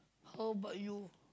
how about you